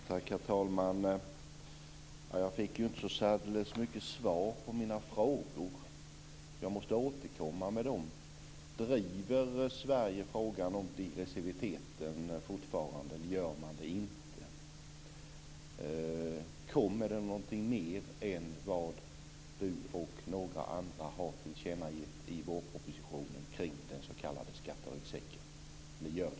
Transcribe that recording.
Herr talman! Jag fick inte så mycket svar på mina frågor. Jag måste återkomma med dem. Driver Sverige fortfarande frågan om degressiviteten eller inte? Kommer det något mer i vårpropositionen än vad Inge Carlsson och andra har tillkännagett om den s.k.